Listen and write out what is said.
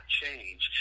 change